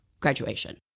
Graduation